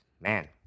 Man